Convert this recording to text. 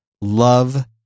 Love